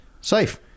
Safe